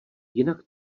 jinak